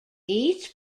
each